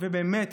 ובאמת,